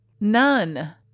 None